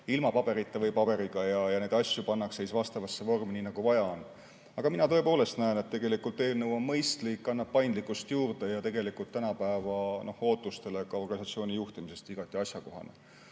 – paberita või paberiga –, ja need asjad pannakse siis vastavasse vormi, nii nagu vaja on. Aga mina tõepoolest näen, et eelnõu on mõistlik, annab paindlikkust juurde ja on tegelikult tänapäeva ootuste suhtes ka organisatsiooni juhtimises igati asjakohane.